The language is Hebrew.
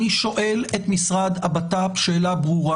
אני שואל את משרד הבט"פ שאלה ברורה